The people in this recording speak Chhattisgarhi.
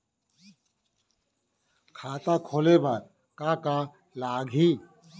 खाता खोले बार का का लागही?